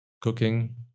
cooking